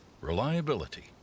reliability